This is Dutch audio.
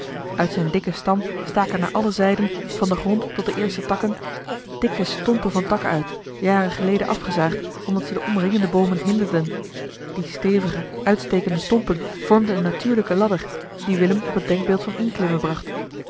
uit zijn dikken stam staken naar alle zijden van den grond tot de eerste takken dikke stompen van takken uit jaren geleden afgezaagd omdat ze de omringende boomen hinderden die stevige uitstekende stompen vormden een natuurlijken ladder die willem op het denkbeeld van inklimmen bracht